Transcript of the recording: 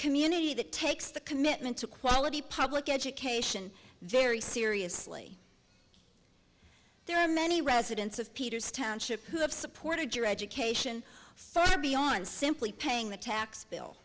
community that takes the commitment to quality public education very seriously there are many residents of peter's township who have supported your education far beyond simply paying the tax bill